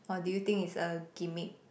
or do you think it's a gimmick